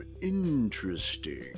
interesting